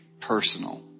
personal